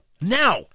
now